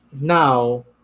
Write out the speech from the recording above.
Now